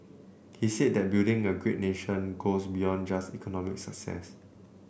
he said that building a great nation goes beyond just economic success